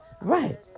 Right